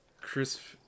Chris